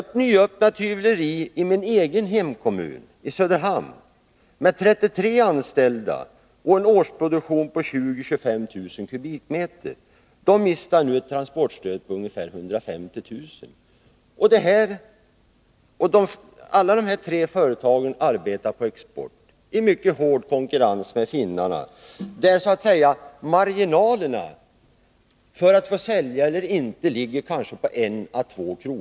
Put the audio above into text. ; ett nyöppnat hyvleri i min egen hemkommun, Söderhamn, med 33 anställda och en årsproduktion på 20 000-25 000 kubikmeter förlorar ett transportstöd på ungefär 150 000 kr. Alla dessa företag arbetar på export i mycket hård konkurrens med finnarna där marginalerna för att få sälja eller inte ligger på kanske 1å 2 kr.